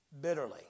bitterly